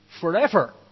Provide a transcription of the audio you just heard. forever